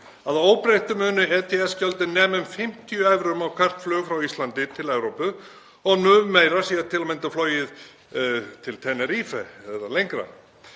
Að óbreyttu munu ETS-gjöldin nema um 50 evrum á hvert flug frá Íslandi til Evrópu og mun meira sé til að mynda flogið til Tenerife eða lengra.